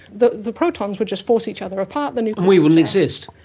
the the protons would just force each other apart. and we wouldn't exist.